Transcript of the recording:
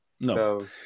No